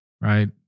right